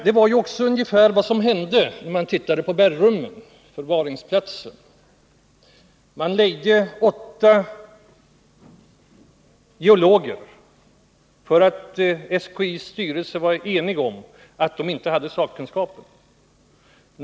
Det var vad som hände också när man undersökte bergrum som förvaringsplatser för kärnavfall. Åtta geologer lejdes då därför att SKI:s styrelse var enig om att den inte själv hade tillräcklig sakkunskap.